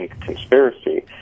conspiracy